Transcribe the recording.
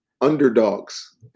underdogs